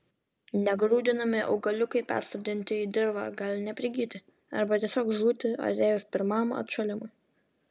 negrūdinami augaliukai persodinti į dirvą gali neprigyti arba tiesiog žūti atėjus pirmam atšalimui